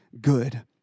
Good